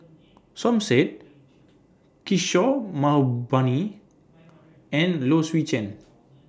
Som Said Kishore Mahbubani and Low Swee Chen